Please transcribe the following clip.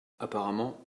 apparemment